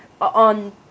on